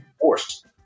forced